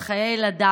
את חיי ילדיו,